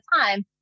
time